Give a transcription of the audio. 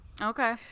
Okay